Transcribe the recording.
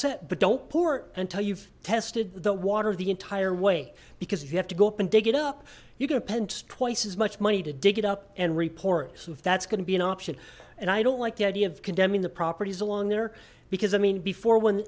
set but don't pour it until you've tested the water the entire way because if you have to go up and dig it up you're gonna pinch twice as much money to dig it up and report so if that's gonna be an option and i don't like the idea of condemning the properties along there because i mean before when